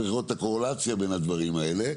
צריך לראות את הקורלציה בין הדברים האלה,